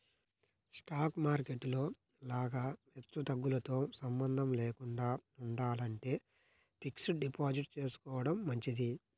stock market లో లాగా హెచ్చుతగ్గులతో సంబంధం లేకుండా ఉండాలంటే ఫిక్స్డ్ డిపాజిట్ చేసుకోడం మంచిది